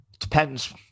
Depends